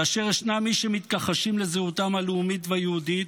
כאשר ישנם מי שמתכחשים לזהותם הלאומית ויהודית,